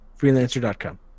Freelancer.com